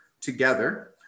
together